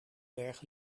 berg